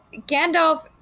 Gandalf